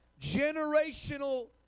Generational